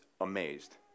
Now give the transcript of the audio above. amazed